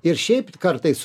ir šiaip kartais